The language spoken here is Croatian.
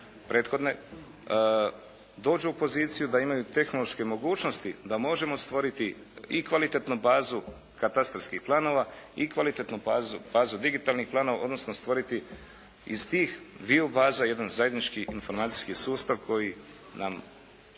prethodne dođu u poziciju da imaju tehnološke mogućnosti, da možemo stvoriti i kvalitetnu bazu katastarskih planova i kvalitetnu bazu digitalnih planova odnosno stvoriti iz tih dviju baza jedan zajednički informacijski sustav koji nam